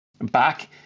Back